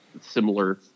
similar